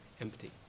empty